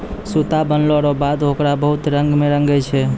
सूता बनलो रो बाद होकरा बहुत रंग मे रंगै छै